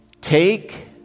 take